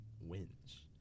wins